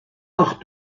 ach